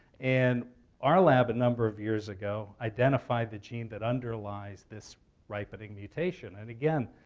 and our lab, a number of years ago, identified the gene that underlies this ripening mutation. and again,